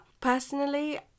personally